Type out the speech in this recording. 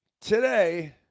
today